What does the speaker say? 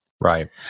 right